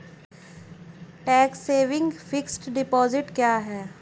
Tax saving fixed deposit क्या है?